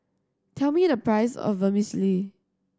tell me the price of Vermicelli